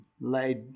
laid